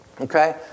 Okay